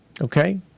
okay